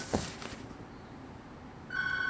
standard re~ staggered how how staggered